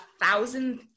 thousand